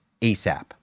ASAP